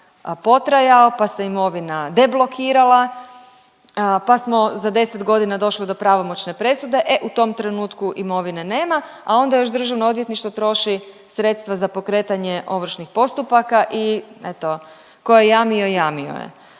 pa se imovina deblokirala, pa smo za 10 godina došli do pravomoćne presude, e u tom trenutku imovine nema, a onda još državno odvjetništvo troši sredstva za pokretanje ovršnih postupaka i eto ko je jamio jamio je,